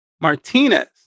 Martinez